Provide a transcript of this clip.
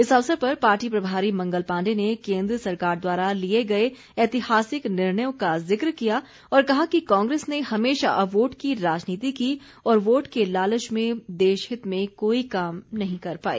इस अवसर पर पार्टी प्रभारी मंगल पांडे ने केन्द्र सरकार द्वारा लिए गए ऐतिहासिक निर्णयों का जिक्र किया और कहा कि कांग्रेस ने हमेशा वोट की राजनीति की और वोट के लालच में देशहित में कोई काम नहीं कर पाई